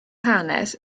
hanes